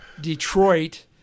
Detroit